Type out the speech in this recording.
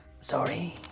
sorry